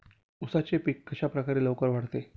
उसाचे पीक कशाप्रकारे लवकर वाढते?